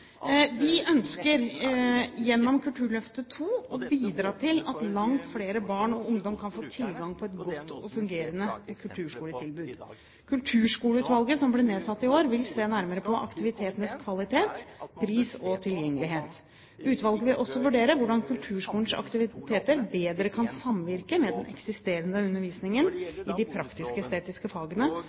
Vi ønsker gjennom Kulturløftet II å bidra til at langt flere barn og ungdom kan få tilgang på et godt fungerende kulturskoletilbud. Kulturskoleutvalget som ble nedsatt i år, vil se nærmere på aktivitetenes kvalitet, pris og tilgjengelighet. Utvalget vil også vurdere hvordan kulturskolens aktiviteter bedre kan samvirke med den eksisterende undervisningen i de praktisk-estetiske fagene